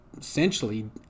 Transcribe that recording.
essentially